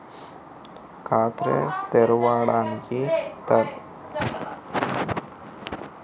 ఖాతా తెరవడానికి దరఖాస్తుకు ఎట్లాంటి కాయితాలు రాయాలే?